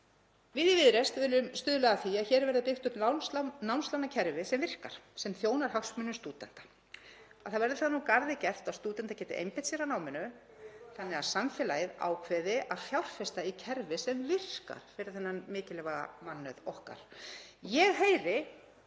Við í Viðreisn viljum stuðla að því að hér verði byggt upp námslánakerfi sem virkar, sem þjónar hagsmunum stúdenta, það verði þannig úr garði gert að stúdentar geti einbeitt sér að náminu þannig að samfélagið ákveði að fjárfesta í kerfi sem virkar fyrir þennan mikilvæga mannauð okkar. Ég heyri